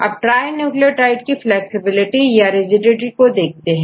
आप trinucleotide की flexibility या रिजेडिट को देखते हैं